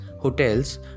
hotels